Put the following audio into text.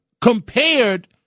Compared